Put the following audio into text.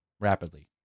rapidly